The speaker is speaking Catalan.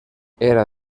era